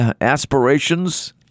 aspirations